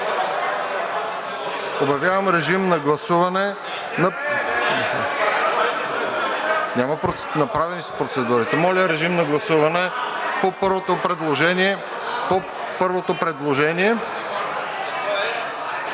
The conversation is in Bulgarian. Моля, режим на гласуване по първото предложение